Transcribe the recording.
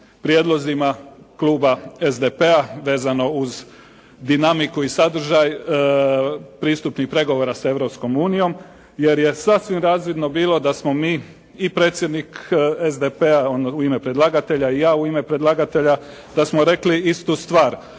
prijedlozima kluba SDP-a, vezano uz dinamiku i sadržaj, pristupnih pregovora sa Europskom unijom. Jer je sasvim razvidno bio da smo mi i predsjednik SDP-a u ime predlagatelja i ja u ime predlagatelja da smo rekli istu stvar.